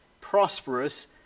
prosperous